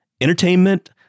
entertainment